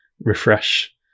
refresh